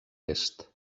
est